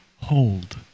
Hold